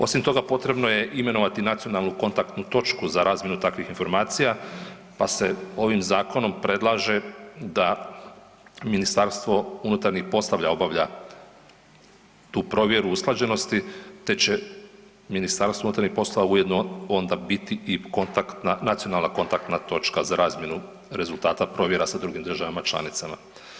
Osim toga, potrebno je imenovati nacionalnu kontaktnu točku za razmjenu takvih informacija, pa se ovim zakonom predlaže da Ministarstvo unutarnjih poslova obavlja tu provjeru usklađenosti te će Ministarstvo unutarnjih poslova ujedno biti i kontaktna, nacionalna kontaktna točka, za razmjenu rezultata provjera sa drugim državama članicama.